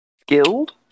Skilled